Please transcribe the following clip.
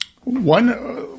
One